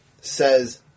says